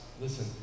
listen